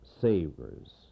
Savers